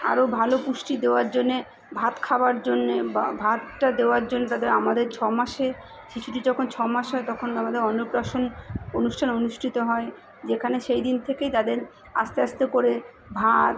আরো ভালো পুষ্টি দেওয়ার জন্য ভাত খাবার জন্য বা ভাতটা দেওয়ার জন্য তাদের আমাদের ছ মাসে শিশুটি যখন ছ মাস হয় তখন আমাদের অন্নপ্রাশন অনুষ্ঠান অনুষ্ঠিত হয় যেখানে সেই দিন থেকেই তাদের আস্তে আস্তে করে ভাত